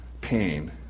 pain